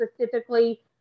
specifically